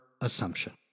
assumption